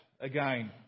again